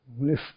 lift